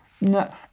no